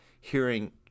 hearing